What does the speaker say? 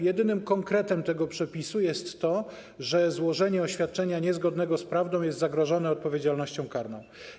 Jedynym konkretem w tym przepisie jest to, że złożenie oświadczenia niezgodnego z prawdą jest zagrożone odpowiedzialnością karną.